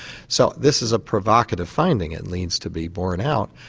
so this is ah provocative finding, it needs to be borne out,